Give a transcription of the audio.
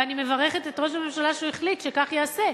ואני מברכת את ראש הממשלה שהחליט שכך ייעשה,